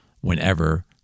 whenever